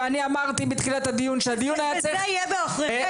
ואני אמרתי בתחילת הדיון שהדיון היה צריך --- וזה יהיה בעוכריכם.